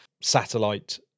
satellite